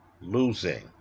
losing